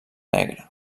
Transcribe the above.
negre